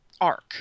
arc